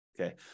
Okay